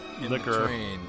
liquor